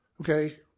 Okay